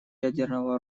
ядерного